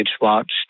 watched